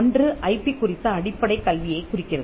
ஒன்று ஐபி குறித்த அடிப்படை கல்வியைக் குறிக்கிறது